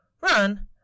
Run